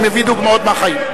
אני מביא דוגמאות מהחיים.